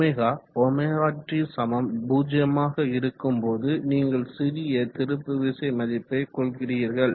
ω ωt0 ஆக இருக்கும் போது நீங்கள் சிறிய திருப்பு விசை மதிப்பை கொள்கிறீர்கள்